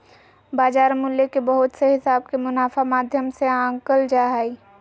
बाजार मूल्य के बहुत से हिसाब के मुनाफा माध्यम से आंकल जा हय